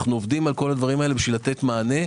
אנו עובדים על זה כדי לתת מענה.